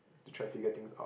to try figure things out